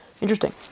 interesting